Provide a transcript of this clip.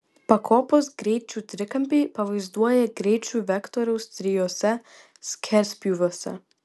pakopos greičių trikampiai pavaizduoja greičių vektorius trijuose skerspjūviuose